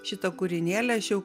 šitą kūrinėlį aš jau